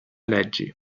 leggi